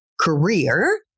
career